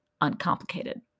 uncomplicated